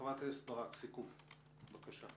חברת הכנסת ברק, סיכום, בבקשה.